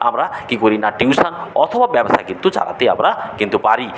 আমরা কী করি না টিউশন অথবা ব্যবসা কিন্তু চালাতে আমরা কিন্তু পারি